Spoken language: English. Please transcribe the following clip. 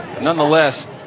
Nonetheless